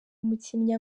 umukinnyi